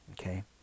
Okay